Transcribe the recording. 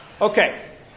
Okay